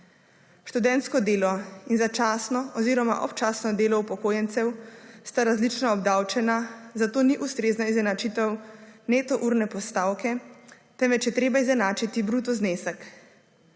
Študentsko delo in začasno oziroma občasno delo upokojencev sta različno obdavčena, zato ni ustrezna izenačitev neto urne postavke, temveč je treba izenačiti bruto znesek.